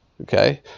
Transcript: okay